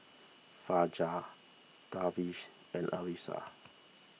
Fajar Darwish and Arissa